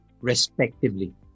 respectively